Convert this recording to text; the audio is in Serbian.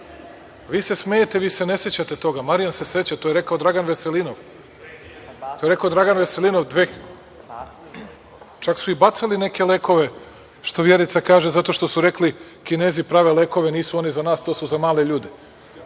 Vi se smejte, vi se ne sećate toga, Marjan se seća, to je rekao Dragan Veselinov, čak su i bacali neke lekove što Vjerica kaže zato što su rekli, Kinezi prave lekove, nisu oni za nas, to su za male ljude.